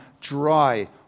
dry